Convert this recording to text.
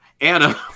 Anna